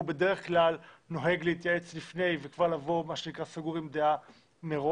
הוא בדרך כלל נוהג להתייעץ לפני ולבוא כבר סגור עם דעה מראש.